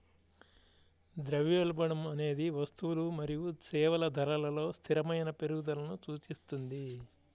ద్రవ్యోల్బణం అనేది వస్తువులు మరియు సేవల ధరలలో స్థిరమైన పెరుగుదలను సూచిస్తుంది